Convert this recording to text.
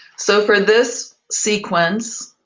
so for this sequence,